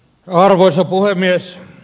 arvoisa puhemies